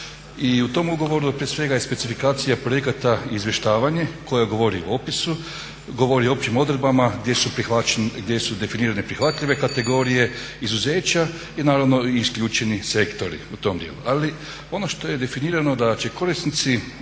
I u tom ugovoru prije svega je specifikacija projekata izvještavanje koja govori o opisu, govori o općim odredbama gdje su definirane prihvatljive kategorije, izuzeća i naravno isključeni sektori u tom dijelu. Ali ono što je definirano da će korisnici